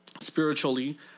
spiritually